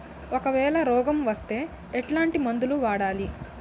ఒకవేల రోగం వస్తే ఎట్లాంటి మందులు వాడాలి?